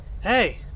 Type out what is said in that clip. Hey